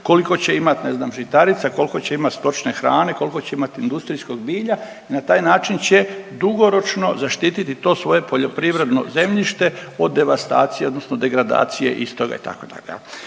koliko će imati ne znam žitarica, koliko će imati stočne hrane, koliko će imati industrijskog bilja i na taj način će dugoročno zaštiti to svoje poljoprivredno zemljište od devastacije, odnosno degradacije istoga itd.